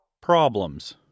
PROBLEMS